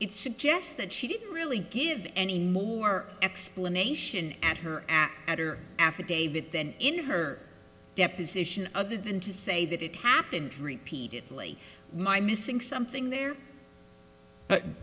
suggests that she didn't really give any more explanation at her act at her affidavit than in her deposition other than to say that it happened repeatedly my missing something there